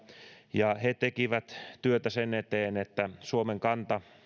ja he tekivät työtä sen eteen että suomen kanta